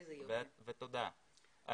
תודה.